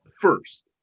first